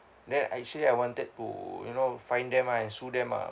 then actually I wanted to you know fine them ah and sue them ah